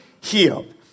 healed